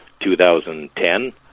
2010